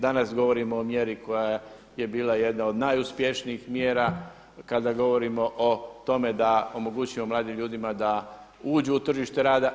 Danas govorimo o mjeri koja je bila jedna od najuspješnijih mjerama, kada govorimo o tome da omogućimo mladim ljudima da uđu u tržište rada.